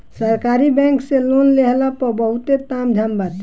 सरकारी बैंक से लोन लेहला पअ बहुते ताम झाम बाटे